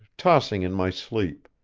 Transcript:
tossing in my sleep.